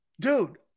Dude